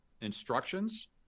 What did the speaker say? instructions